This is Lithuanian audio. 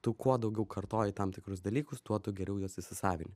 tu kuo daugiau kartoji tam tikrus dalykus tuo tu geriau juos įsisavinti